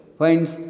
finds